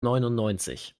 neunundneunzig